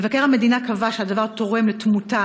מבקר המדינה קבע שהדבר תורם לתמותה,